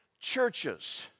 churches